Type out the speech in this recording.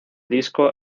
disco